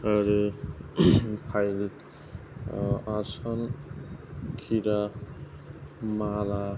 आरो फायेल आसान खेरा माला